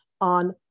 on